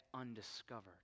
undiscovered